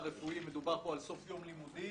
רפואי, מדובר פה על סוף יום לימודים.